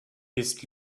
ist